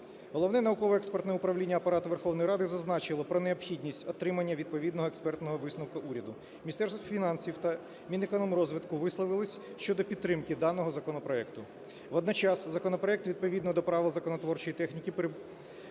Головне науково-експертне управління Апарату Верховної Ради зазначило про необхідність отримання відповідного експертного висновку уряду. Міністерство фінансів та Мінекономрозвитку висловились щодо підтримки даного законопроекту. Водночас законопроект відповідно до правил законотворчої техніки потребує